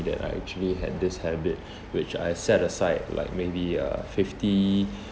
that I actually had this habit which I set aside like maybe uh fifty